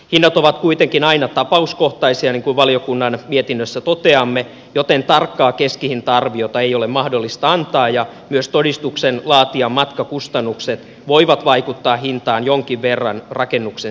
hinnat ovat kuitenkin aina tapauskohtaisia niin kuin valiokunnan mietinnössä toteamme joten tarkkaa keskihinta arviota ei ole mahdollista antaa ja myös todistuksen laatijan matkakustannukset voivat vaikuttaa hintaan jonkin verran rakennuksen sijainnista riippuen